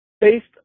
based